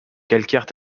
calcaires